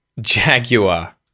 Jaguar